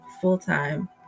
full-time